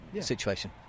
situation